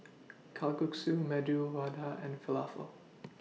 Kalguksu Medu Vada and Falafel